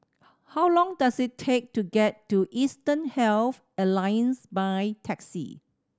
how long does it take to get to Eastern Health Alliance by taxi